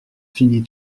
fini